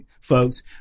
folks